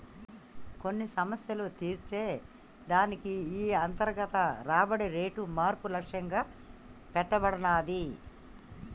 కొన్ని సమస్యలు తీర్చే దానికి ఈ అంతర్గత రాబడి రేటు మార్పు లక్ష్యంగా పెట్టబడినాది